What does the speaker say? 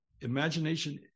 imagination